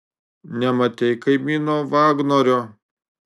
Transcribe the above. nematei kaimyno vagnorio